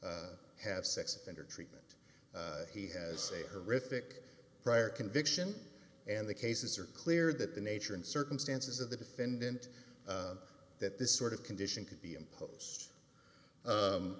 have sex offender treatment he has a terrific prior conviction and the cases are clear that the nature and circumstances of the defendant that this sort of condition could be impose